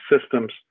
systems